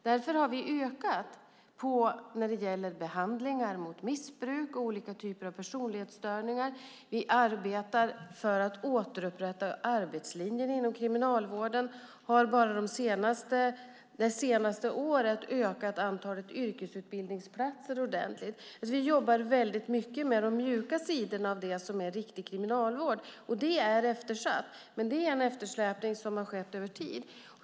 Därför har vi gjort ökningar när det gäller behandlingar mot missbruk och olika typer av personlighetsstörningar. Vi arbetar för att återupprätta arbetslinjen inom kriminalvården, och vi har bara under det senaste året ökat antalet yrkesutbildningsplatser ordentligt. Vi jobbar alltså mycket med de mjuka sidorna av det som är riktig kriminalvård. Det är eftersatt. Men det är en eftersläpning som har skett över tid.